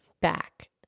back